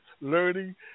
learning